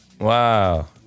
Wow